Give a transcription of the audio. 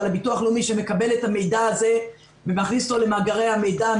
ועל הביטוח הלאומי שמקבל את המידע הזה ומכניס אותו למאגרי המידע,